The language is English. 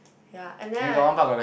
ya and then I